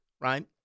right